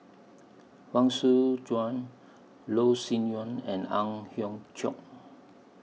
Huang Shu Joan Loh Sin Yun and Ang Hiong Chiok